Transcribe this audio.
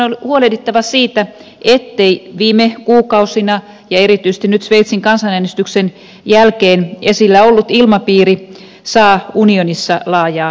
on huolehdittava siitä ettei viime kuukausina ja erityisesti nyt sveitsin kansanäänestyksen jälkeen esillä ollut ilmapiiri saa unionissa laajaa jalansijaa